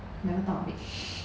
never thought of it